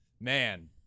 Man